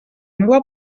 meua